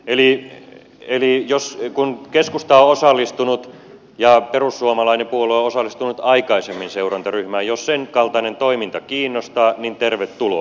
eli kun keskusta on osallistunut ja perussuomalainen puolue on osallistunut aikaisemmin seurantaryhmään niin jos sen kaltainen toiminta kiinnostaa niin tervetuloa